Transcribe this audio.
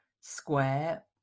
square